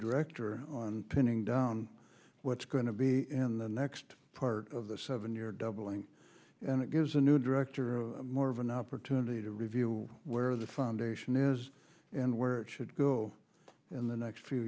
director on pinning down what's going to be in the next part of the seven year doubling and it gives a new director more of an opportunity to review where the foundation is and where it should go in the next few